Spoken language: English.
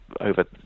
over